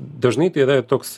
dažnai tai yra toks